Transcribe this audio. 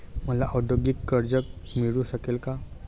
मला औद्योगिक कर्ज मिळू शकेल का?